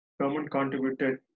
government-contributed